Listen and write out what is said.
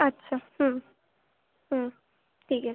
আচ্ছা হুম হুম ঠিক আছে